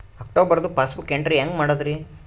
ಅಕ್ಟೋಬರ್ದು passbook entry ಹೆಂಗ್ ಮಾಡದ್ರಿ?